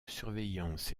surveillance